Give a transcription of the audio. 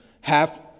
half